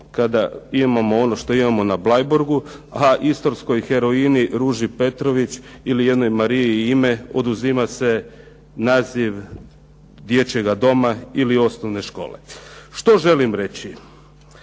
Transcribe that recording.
kada imamo ono što imamo na Bleiburgu, a istarskoj heroini Ruži Petrović ili jednoj Mariji ime oduzima se naziv dječjega doma ili osnovne škole. Što želim reći?